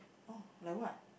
oh like what